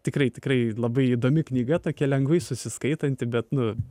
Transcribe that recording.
tikrai tikrai labai įdomi knyga tokia lengvai susiskaitanti bet nu